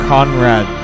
Conrad